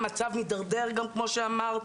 המצב מידרדר גם כמו שאמרת